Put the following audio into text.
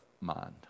mind